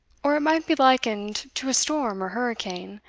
or it might be likened to a storm or hurricane,